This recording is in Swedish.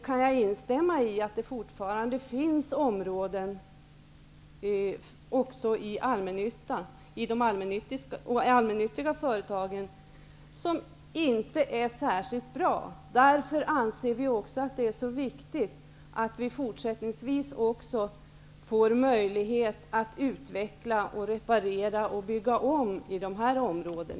Jag kan instämma i att det fortfarande finns om råden också hos de allmännyttiga företagen som inte är särskilt bra. Därför anser vi socialdemo krater att det också fortsättningsvis är viktigt att vi får möjlighet att utveckla, reparera och bygga om i dessa områden.